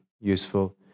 useful